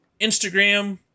Instagram